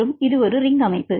மற்றும் இது ஒரு ரிங் அமைப்பு